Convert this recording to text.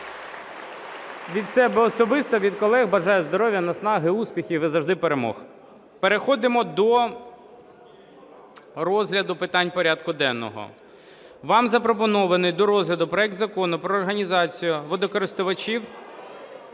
Від себе особисто, від колег бажаю здоров'я, наснаги, успіхів і завжди перемог! Переходимо до розгляду питань порядку денного. Вам запропонований до розгляду проект Закону про організації водокористувачів…